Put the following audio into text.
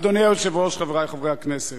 אדוני היושב-ראש, חברי חברי הכנסת,